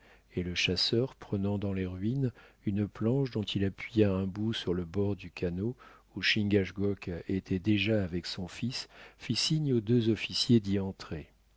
et le chasseur prenant dans les ruines une planche dont il appuya un bout sur le bord du canot où chingachgook était déjà avec son fils fit signe aux deux officiers d'y entrer